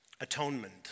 atonement